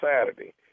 Saturday